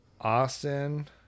Austin